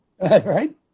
Right